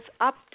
up